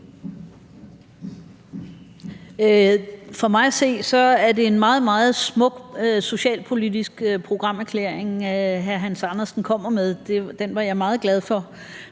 For mig at se er det en meget, meget smuk socialpolitisk programerklæring, hr. Hans Andersen kommer med, den var jeg meget glad for,